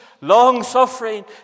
long-suffering